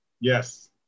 Yes